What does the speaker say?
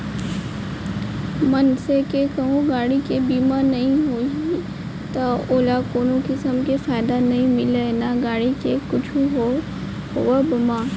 मनसे के कहूँ गाड़ी के बीमा नइ होही त ओला कोनो किसम के फायदा नइ मिलय ना गाड़ी के कुछु होवब म